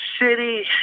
City